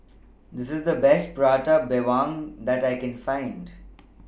This IS The Best Prata Bawang that I Can Find